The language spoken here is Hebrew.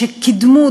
שקידמו,